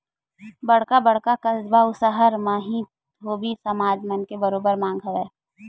बड़का बड़का कस्बा अउ सहर मन म ही धोबी समाज मन के बरोबर मांग हवय